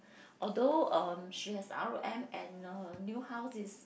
although um she has R_O_M and her new house is